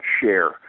share